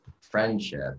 friendship